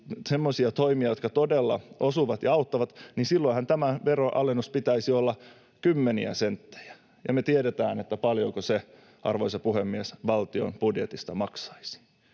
semmoisia toimia, jotka todella osuvat ja auttavat, niin silloinhan tämän veronalennuksen pitäisi olla kymmeniä senttejä. Ja me tiedetään, paljonko se, arvoisa puhemies, valtion budjetista maksaisi.